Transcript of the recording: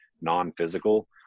non-physical